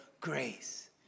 grace